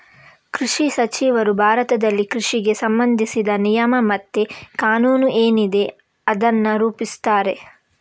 ಕೃಷಿ ಸಚಿವರು ಭಾರತದಲ್ಲಿ ಕೃಷಿಗೆ ಸಂಬಂಧಿಸಿದ ನಿಯಮ ಮತ್ತೆ ಕಾನೂನು ಏನಿದೆ ಅದನ್ನ ರೂಪಿಸ್ತಾರೆ